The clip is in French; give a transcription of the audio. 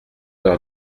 leur